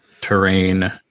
terrain